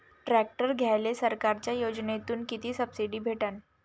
Tractor घ्यायले सरकारच्या योजनेतून किती सबसिडी भेटन?